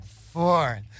Four